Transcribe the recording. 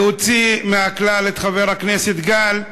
להוציא מהכלל את חבר הכנסת גל,